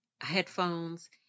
headphones